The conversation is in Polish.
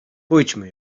pójdźmy